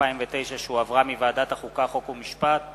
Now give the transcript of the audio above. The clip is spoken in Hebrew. התש"ע 2009, שהחזירה ועדת החוקה, חוק ומשפט,